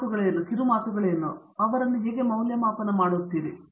ಅವರು ಅದನ್ನು ಮೌಲ್ಯಮಾಪನ ಮಾಡುವುದು ಹೇಗೆ ಮತ್ತು ಅದನ್ನು ನೀವು ಹೇಗೆ ನೋಡಬೇಕು ಎಂದು ನಿಮಗೆ ತಿಳಿದಿರಬೇಕು